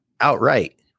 outright